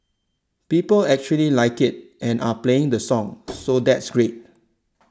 people actually like it and are playing the song so that's great